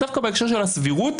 ודווקא בהקשר של הסבירות,